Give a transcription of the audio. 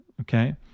okay